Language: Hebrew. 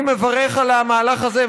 אני מברך על המהלך הזה,